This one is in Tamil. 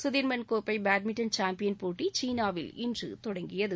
சுதிர்மன் கோப்பை பேட்மிண்டன் சாம்பியன் போட்டிகள் சீனாவில் இன்று தொடங்கியது